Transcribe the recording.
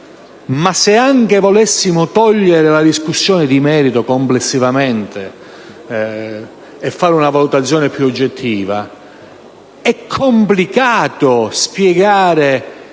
Ma se anche volessimo eliminare la discussione di merito nel suo complesso e fare una valutazione più oggettiva, è complicato spiegare